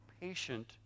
patient